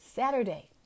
Saturday